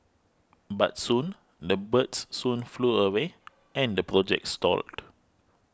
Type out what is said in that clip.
but soon the birds soon flew away and the project stalled